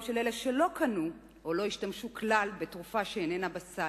של אלה שלא קנו או לא השתמשו כלל בתרופה שאיננה בסל.